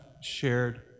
shared